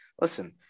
Listen